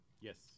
Yes